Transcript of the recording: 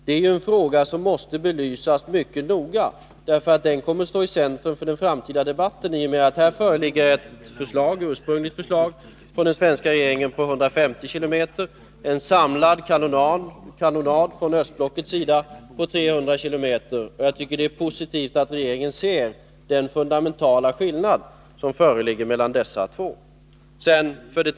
Det är en fråga som måste belysas mycket noga, för den kommer att stå i centrum för den framtida debatten i och med att här föreligger ett ursprungligt förslag från den svenska regeringen på 150 km och en samlad kanonad från östblockets sida på 300 km. Jag tycker att det är positivt att regeringen ser den fundamentala skillnad som föreligger mellan dessa två förslag.